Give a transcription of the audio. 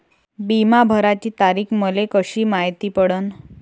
बिमा भराची तारीख मले कशी मायती पडन?